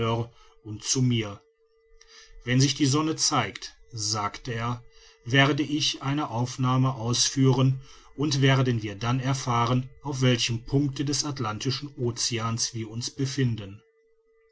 und zu mir wenn sich die sonne zeigt sagt er werde ich eine aufnahme ausführen und werden wir dann erfahren auf welchem punkte des atlantischen oceans wir uns befinden